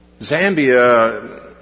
Zambia